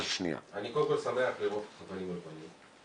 אני קודם כל שמח לראות אותך פנים מול פנים.